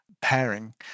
pairing